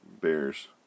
bears